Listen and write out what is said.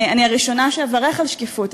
אני הראשונה שאברך על שקיפות,